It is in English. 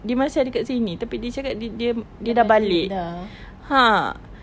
dia masih ada dekat sini tapi dia cakap di~ dia sudah balik !huh!